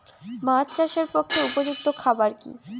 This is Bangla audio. মাছ চাষের পক্ষে উপযুক্ত খাবার কি কি?